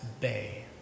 bay